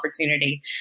opportunity